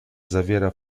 zawiera